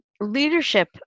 leadership